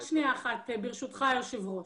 עוד דבר, ברשות, היושב-ראש,